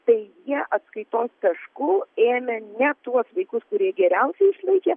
taigi atskaitos tašku ėmė ne tuos vaikus kurie geriausiai išlaikė